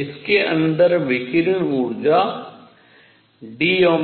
इसके अंदर विकिरण ऊर्जा dr2Δru